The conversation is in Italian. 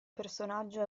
personaggio